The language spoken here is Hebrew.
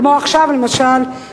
כמו עכשיו למשל,